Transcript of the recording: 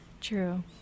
True